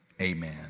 amen